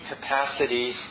capacity